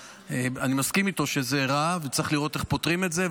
אני מסכים איתו שזה רע וצריך לראות איך פותרים את זה,